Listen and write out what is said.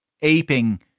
aping